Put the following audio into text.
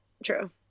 True